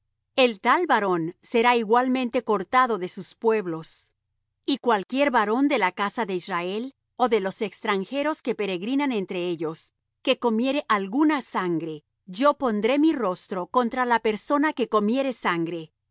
el tal varón será igualmente cortado de sus pueblos y cualquier varón de la casa de israel ó de los extranjeros que peregrinan entre ellos que comiere alguna sangre yo pondré mi rostro contra la persona que comiere sangre